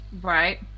Right